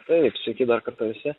taip sveiki dar kartą visi